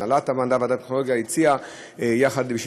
הנהלת ועדת המדע והטכנולוגיה הציעה,